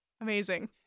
Amazing